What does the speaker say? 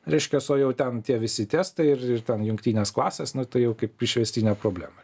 reiškias o jau ten tie visi testai ir ir ten jungtinės klasės na tai kaip išvestinė problema